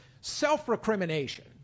self-recrimination